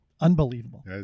unbelievable